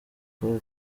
ecole